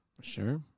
sure